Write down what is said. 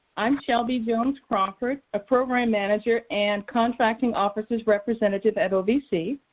i'm shelby jones crawford, a program manager and contracting officer's representative at ovc.